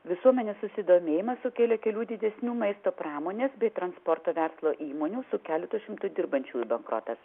visuomenės susidomėjimą sukėlė kelių didesnių maisto pramonės bei transporto verslo įmonių su keletu šimtų dirbančiųjų bankrotas